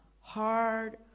hard